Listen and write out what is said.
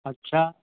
अच्छा